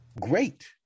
great